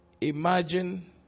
imagine